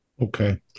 Okay